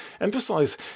emphasize